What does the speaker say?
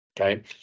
okay